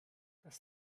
das